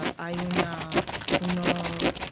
i you know uno